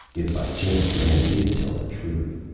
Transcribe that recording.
if by chance the man did tell the truth.